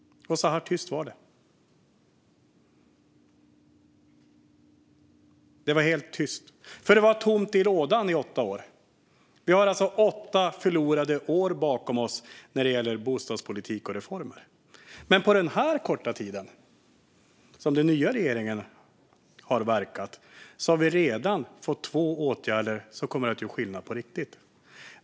Det blev helt tyst, för det var tomt i lådan i åtta år. Vi har alltså åtta förlorade år bakom oss när det gäller bostadspolitik och reformer på detta område. Men på den korta tid som den nya regeringen har verkat har vi redan fått två åtgärder som kommer att göra skillnad på riktigt.